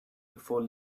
before